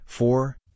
Four